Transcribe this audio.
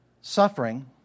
suffering